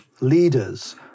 leaders